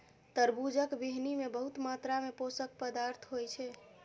तरबूजक बीहनि मे बहुत मात्रा मे पोषक पदार्थ होइ छै